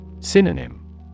Synonym